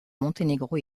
montenegro